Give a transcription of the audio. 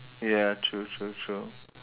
ya true true true